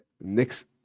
next